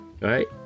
right